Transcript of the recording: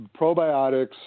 probiotics